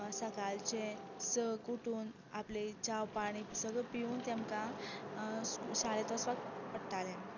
सकाळचें स उठून आपली चाव पाणी सगळी पिवून तेमकां शाळेंत वचपाक पडटालें